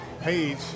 page